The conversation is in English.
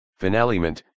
Finalement